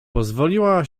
pozwoliła